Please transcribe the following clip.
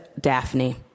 Daphne